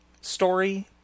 story